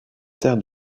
terres